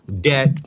debt